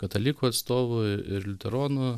katalikų atstovų ir liuteronų